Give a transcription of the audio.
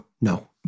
no